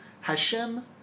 Hashem